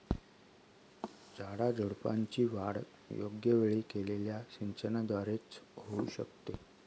झाडाझुडपांची वाढ योग्य वेळी केलेल्या सिंचनाद्वारे च होऊ शकते